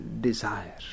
desire